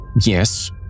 Yes